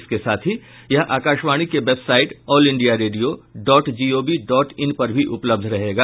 इसके साथ ही यह आकाशवाणी की website All India Radio dot gov dot in पर भी उपलब्ध रहेगा